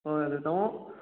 ꯍꯣꯏ ꯑꯗꯨꯗꯤ ꯇꯥꯃꯣ